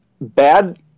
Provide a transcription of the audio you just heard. bad